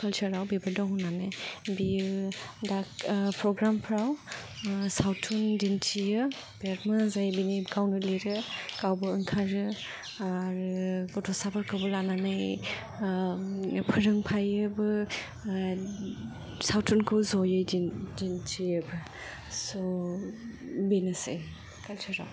कालचाराव बेबो दङ' होननानै बियो दा प्रग्रामफ्राव सावथुन दिन्थियो बिराद मोजां जायो बियो गावनो लिरो गावबो ओंखारो आरो गथ'साफोरखौबो लानानै फोरोंफायोबो सावथुनखौ ज'यै दिन्थियोबो स' बेनोसै कालचाराव